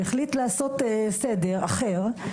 והחליט לעשות סדר אחר.